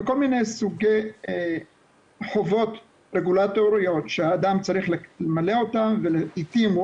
וכל מיני סוגי חובות רגולטוריות שהאדם צריך למלא אותן ולעתים הוא